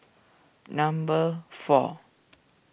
number four